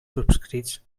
subscrits